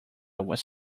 was